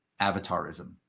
avatarism